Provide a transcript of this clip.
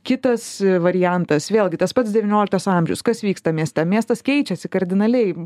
kitas variantas vėlgi tas pats devynioliktas amžius kas vyksta mieste miestas keičiasi kardinaliai